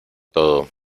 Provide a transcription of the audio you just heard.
todo